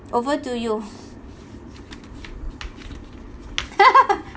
over to you